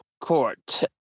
court